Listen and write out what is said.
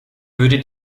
würde